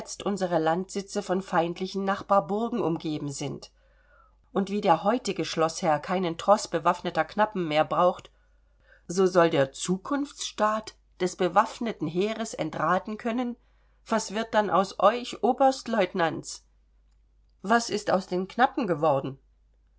unsere landsitze von feindlichen nachbarburgen umgeben sind und wie der heutige schloßherr keinen troß bewaffneter knappen mehr braucht so soll der zukunftsstaat des bewaffneten heeres entraten können was wird dann aus euch oberstlieutenants was ist aus den knappen geworden